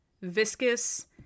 viscous